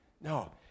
no